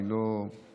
אני לא זוכר,